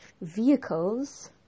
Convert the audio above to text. vehicles